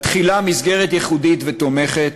בתחילה מסגרת ייחודית ותומכת,